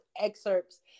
excerpts